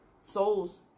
souls